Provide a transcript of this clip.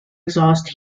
exhaust